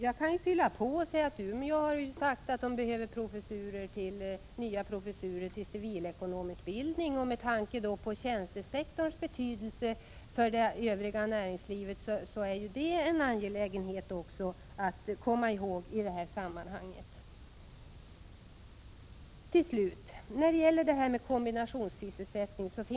Jag kan fylla på och säga att Umeå har sagt att där behövs nya professurer till civilekonomutbildning. Med tanke på tjänstesektorns betydelse för det övriga näringslivet är också det en angelägenhet att komma ihåg i det här sammanhanget. Många har talat här i kammaren om kombinationssysselsättning.